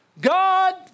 God